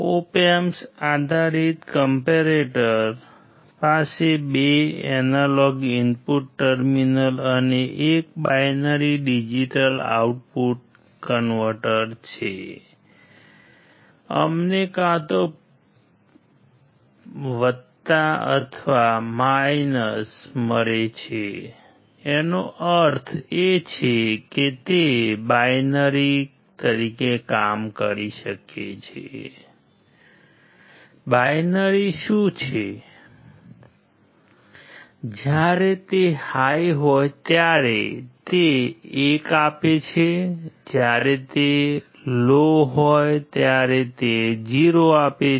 ઓપ amp તરીકે કામ કરે છે